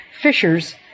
fishers